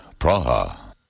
Praha